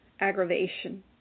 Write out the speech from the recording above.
aggravation